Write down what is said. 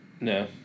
No